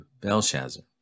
Belshazzar